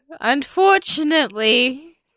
unfortunately